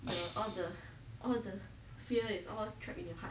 the all the all the fear is all trap in your heart